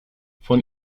von